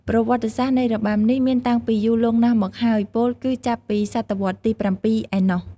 ប្រវត្តិសាស្ត្រនៃរបាំនេះមានតាំងពីយូរលង់ណាស់មកហើយ ពោលគឺចាប់ពីសតវត្សរ៍ទី ៧ ឯណោះ។